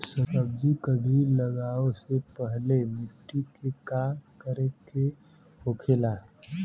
सब्जी कभी लगाओ से पहले मिट्टी के का करे के होखे ला?